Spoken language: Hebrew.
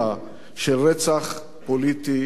מרצח פוליטי נוסף.